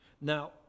now